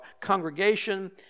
congregation